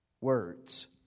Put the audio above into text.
words